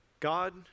God